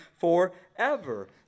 forever